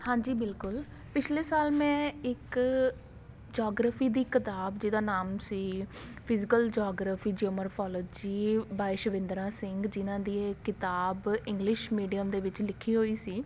ਹਾਂਜੀ ਬਿਲਕੁਲ ਪਿਛਲੇ ਸਾਲ ਮੈਂ ਇੱਕ ਜੌਗਰਫੀ ਦੀ ਕਿਤਾਬ ਜਿਹਦਾ ਨਾਮ ਸੀ physical geography geomorphology by Savindra Singh ਜਿਹਨਾਂ ਦੀ ਇਹ ਕਿਤਾਬ ਇੰਗਲਿਸ਼ ਮੀਡੀਅਮ ਦੇ ਵਿੱਚ ਲਿਖੀ ਹੋਈ ਸੀ